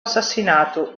assassinato